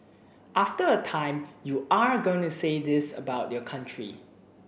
after a time you are going to say this about your country